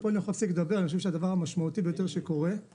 אני חושב שהדבר המשמעותי ביותר שקורה הוא